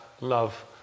love